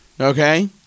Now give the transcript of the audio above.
Okay